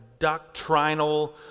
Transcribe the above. doctrinal